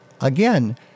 again